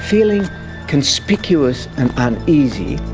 feeling conspicuous and uneasy,